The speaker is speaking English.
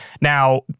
Now